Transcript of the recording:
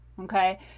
Okay